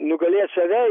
nugalėt save